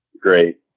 Great